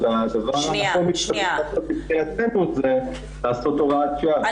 אז הדבר הנכון מבחינתנו זה לקבוע הוראת שעה,